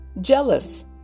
jealous